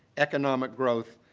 economic growth,